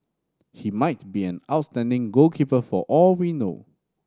he might be an outstanding goalkeeper for all we know